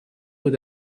with